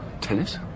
Tennis